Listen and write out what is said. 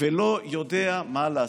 ולא יודע מה לעשות,